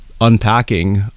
unpacking